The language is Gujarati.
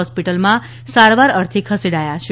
હોસ્પિટલમાં સારવાર અર્થે ખસેડાયા છે